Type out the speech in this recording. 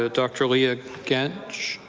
ah dr. leah genge.